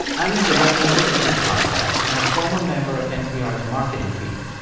alan's a regular listener to the podcast and a former member of npr's marketing team.